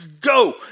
Go